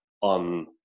on